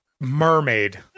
mermaid